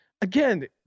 again